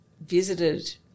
visited